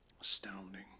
Astounding